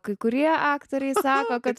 kai kurie aktoriai sako kad